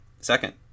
Second